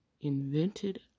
invented